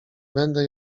będę